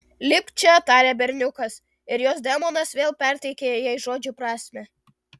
lipk čia tarė berniukas ir jos demonas vėl perteikė jai žodžių prasmę